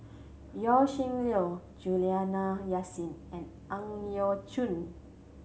Yaw Shin Leong Juliana Yasin and Ang Yau Choon